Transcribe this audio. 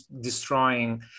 destroying